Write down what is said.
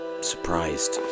surprised